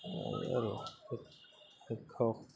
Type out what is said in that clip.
আৰু